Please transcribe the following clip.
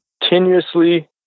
continuously